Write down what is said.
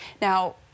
Now